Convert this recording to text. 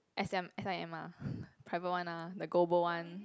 S M S_I_M ah private one lah the global one